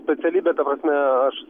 specialybę ta prasme aš